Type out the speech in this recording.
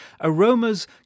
Aromas